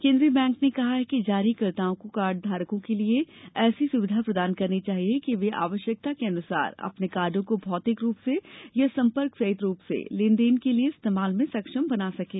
केन्द्रीय बैंक ने कहा है कि जारीकर्ताओं को कार्ड धारकों के लिए ऐसी सुविधा प्रदान करनी चाहिए कि वे आवश्यकता अनुसार अपने कार्डों को भौतिक रूप में या सम्पर्क रहित रूप में लेनदेन के लिए इस्तेमाल में सक्षम बना सकें